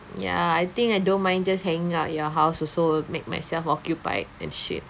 ya I think I don't mind just hanging out at your house also make myself occupied and shit